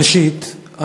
ראשית,